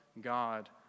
God